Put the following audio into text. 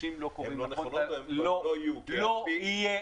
אנשים לא קוראים נכון --- הן לא נכונות או הן לא יהיו --- אני אומר